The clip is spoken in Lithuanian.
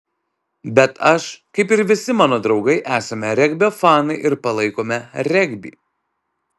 bet aš kaip ir visi mano draugai esame regbio fanai ir palaikome regbį